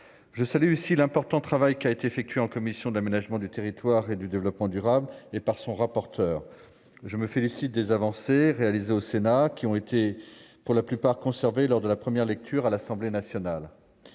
Je salue ici l'important travail effectué par la commission de l'aménagement du territoire et du développement durable, et en particulier par son rapporteur. Je me réjouis que les avancées réalisées au Sénat aient été pour la plupart conservées lors de la première lecture à l'Assemblée nationale.